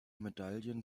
medaillen